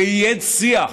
ויהיה שיח.